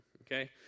Okay